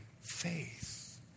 faith